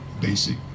basic